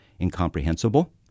incomprehensible